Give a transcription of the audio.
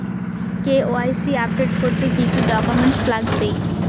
KYC update করতে কি কি ডকুমেন্টস লাগবে?